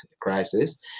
crisis